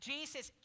Jesus